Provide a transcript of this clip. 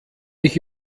ich